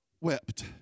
wept